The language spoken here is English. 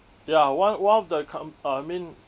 ya one one of the com~ uh I mean